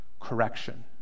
correction